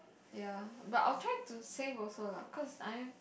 ya but I'll try to save also lah cause I mean